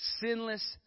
sinless